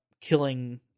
killing